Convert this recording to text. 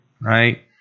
right